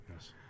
Yes